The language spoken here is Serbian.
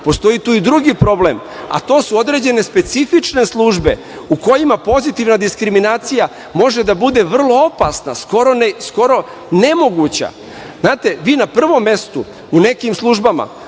Postoji tu i drugi problem, a to su određene specifične službe u kojima pozitivna diskriminacija može da bude vrlo opasna, skoro nemoguća. Znate, vi na prvom mestu u nekim službama